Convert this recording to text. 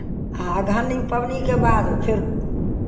आ अगहनी पाबनिके बाद फेर